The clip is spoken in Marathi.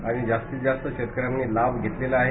आणि जास्तीत जास्त शेतकऱ्यांनी लाभ घेतलेला आहे